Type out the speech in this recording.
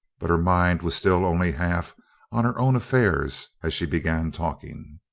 but her mind was still only half on her own affairs as she began talking.